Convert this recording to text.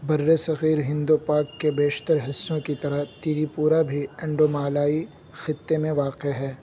برّ صغیر ہند و پاک کے بیشتر حصوں کی طرح تریپورہ بھی انڈو مالائی خطے میں واقع ہے